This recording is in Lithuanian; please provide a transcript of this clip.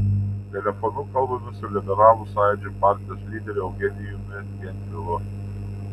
telefonu kalbamės su liberalų sąjūdžio partijos lyderiu eugenijumi gentvilu